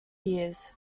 years